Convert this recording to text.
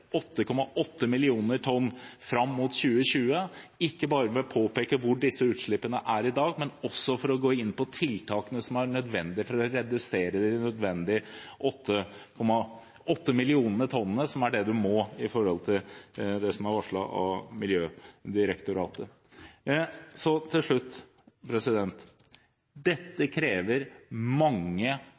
8,8 millioner tonn fram mot 2020 – ikke bare ved å påpeke hvor disse utslippene er i dag, men også ved å gå inn på tiltakene som er nødvendig for å redusere de nødvendige 8,8 millioner tonn som er det du må gjøre i forhold til det som er varslet av Miljødirektoratet. Dette krever mange tøffe beslutninger. Det krever